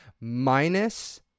minus